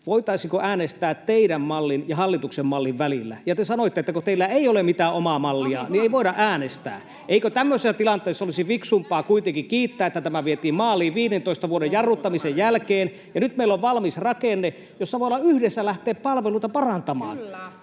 voitaisiinko äänestää teidän mallinne ja hallituksen mallin välillä, ja te sanoitte, että kun teillä ei ole mitään omaa mallia, niin me ei voida äänestää. Eikö tämmöisessä tilanteessa olisi fiksumpaa kuitenkin kiittää, että tämä vietiin maaliin 15 vuoden jarruttamisen jälkeen ja nyt meillä on valmis rakenne, jossa voidaan yhdessä lähteä palveluita parantamaan?